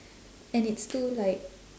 and it's too like